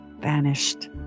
vanished